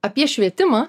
apie švietimą